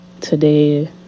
today